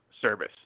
service